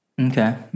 Okay